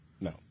No